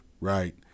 right